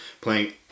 playing